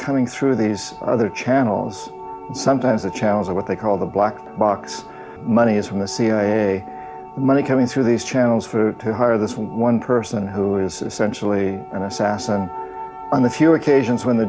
coming through these other channels sometimes the channels are what they call the black box money is from the cia money coming through these channels for hire this one person who is essentially an assassin on the few occasions when the